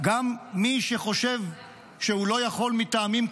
גם מי שחושב שהוא לא יכול, מטעמים קואליציוניים,